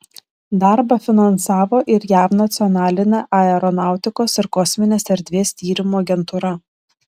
darbą finansavo ir jav nacionalinė aeronautikos ir kosminės erdvės tyrimų agentūra